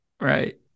Right